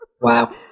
Wow